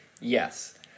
Yes